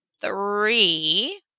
three